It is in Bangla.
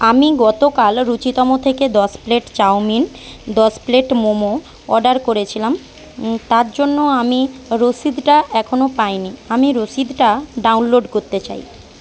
আমি গতকাল রুচিতম থেকে দশ প্লেট চাউমিন দশ প্লেট মোমো অর্ডার করেছিলাম তার জন্য আমি রসিদটা এখনো পাইনি আমি রসিদটা ডাউনলোড করতে চাই